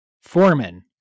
Foreman